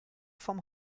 vom